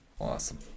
Awesome